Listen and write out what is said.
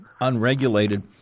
unregulated